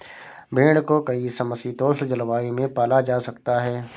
भेड़ को कई समशीतोष्ण जलवायु में पाला जा सकता है